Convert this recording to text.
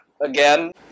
Again